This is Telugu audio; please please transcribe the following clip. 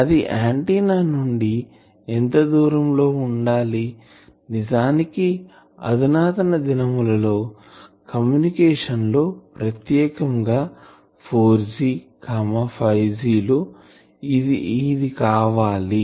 అది ఆంటిన్నా నుండి ఎంత దూరం లో ఉండాలి నిజానికి అధునాతన దినములలో కమ్యూనికేషన్ లో ప్రత్యేకంగా 4G5G లో ఇది కావాలి